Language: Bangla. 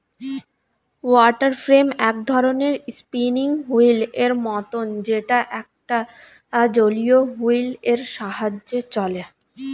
ওয়াটার ফ্রেম এক ধরণের স্পিনিং হুইল এর মতন যেটা একটা জলীয় হুইল এর সাহায্যে চলে